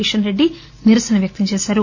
కిషన్రెడ్డి నిరసన వ్యక్తం చేశారు